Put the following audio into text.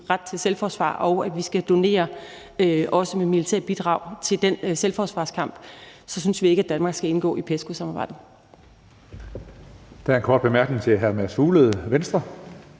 ret til selvforsvar, og at vi skal donere også militære bidrag til den selvforsvarskamp, så synes vi ikke, at Danmark skal indgå i PESCO-samarbejdet.